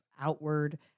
outward